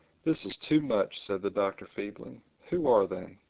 this is too much, said the doctor feebly. who are they?